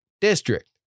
district